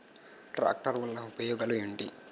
Tractor వల్ల ఉపయోగాలు ఏంటీ?